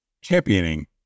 Championing